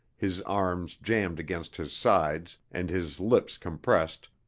his arms jammed against his sides and his lips compressed,